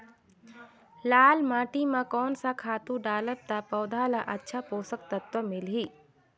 लाल माटी मां कोन सा खातु डालब ता पौध ला अच्छा पोषक तत्व मिलही?